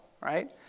right